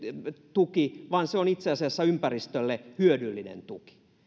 tuki vaan se on itse asiassa ympäristölle hyödyllinen tuki